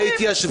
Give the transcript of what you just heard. בארבע השנים?